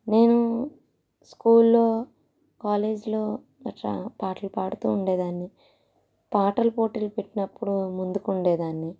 నేను స్కూల్లో కాలేజ్లో అట్లా పాటలు పాడుతూ ఉండేదాన్ని పాటల పోటీలు పెట్టినప్పుడు ముందుకు ఉండేదాన్ని